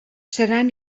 seran